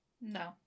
No